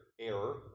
error